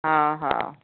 हा हा